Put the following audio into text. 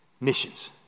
Missions